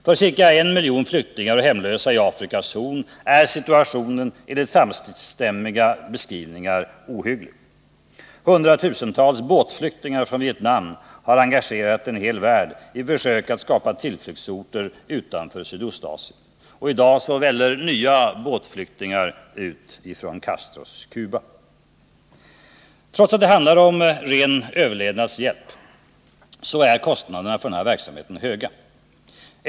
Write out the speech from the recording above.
För ca en miljon flyktingar och hemlösa i Afrikas Horn är situationen enligt samstämmiga beskrivningar ohygglig. Hundratusentals båtflyktingar från Vietnam har engagerat en hel värld i försök att skapa tillflyktsorter utanför Sydostasien. Och i dag väller nya båtflyktingar ut ifrån Castros Cuba. Trots att det handlar om ren överlevnadshjälp är kostnaderna för denna verksamhet höga.